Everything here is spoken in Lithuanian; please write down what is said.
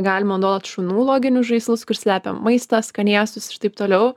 galima duot šunų loginius žaislus kur slepiam maistą skanėstus ir taip toliau